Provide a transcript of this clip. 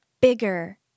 bigger